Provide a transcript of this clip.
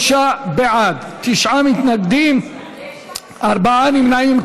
53 בעד, תשעה מתנגדים, ארבעה נמנעים.